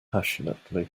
passionately